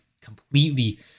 completely